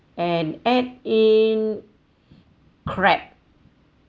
and add in crab